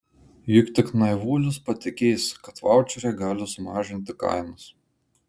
juk tik naivuolis patikės kad vaučeriai gali sumažinti kainas